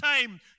time